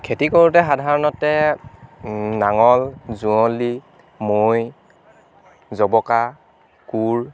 খেতি কৰোঁতে সাধাৰণতে নাঙল যুৱঁলি মৈ জবকা কোৰ